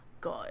good